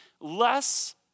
less